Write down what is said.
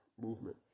Movement